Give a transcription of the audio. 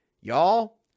Y'all